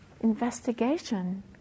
investigation